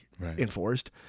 enforced